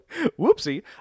Whoopsie